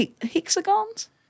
Hexagons